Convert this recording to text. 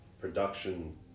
production